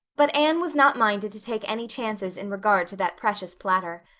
but anne was not minded to take any chances in regard to that precious platter.